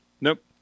Nope